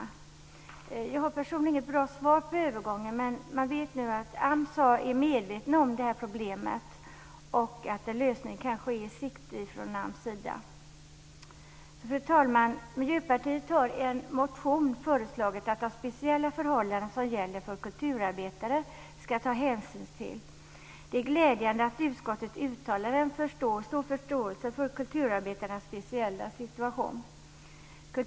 Personligen har jag inget bra svar beträffande den övergången men vi vet att man på AMS är medveten om problemet. Kanske är en lösning i sikte från AMS Fru talman! Miljöpartiet säger i en motion att hänsyn behöver tas till de speciella förhållanden som gäller för kulturarbetare. Det är glädjande att utskottet uttalar stor förståelse för kulturarbetarnas speciella situation.